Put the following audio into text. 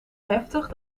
heftig